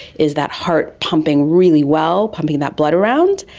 is that heart pumping really well, pumping that blood around?